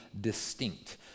distinct